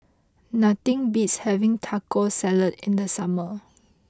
nothing beats having Taco Salad in the summer